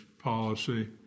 policy